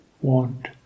Want